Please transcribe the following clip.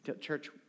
Church